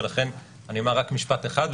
ולכן אומר רק משפט אחד,